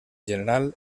general